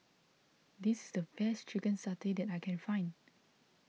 this is the best Chicken Satay that I can find